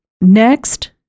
Next